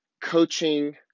coaching